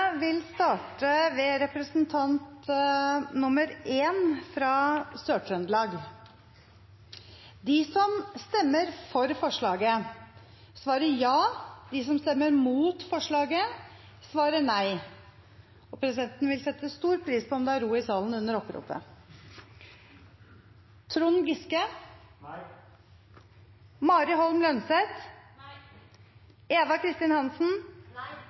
vil voteringen skje ved navneopprop. Oppropet vil starte med representant nr. 1 fra Sør-Trøndelag fylke. De som stemmer for forslaget, svarer ja. De som stemmer imot, svarer nei. Presidenten vil sette stor pris på ro i salen under oppropet.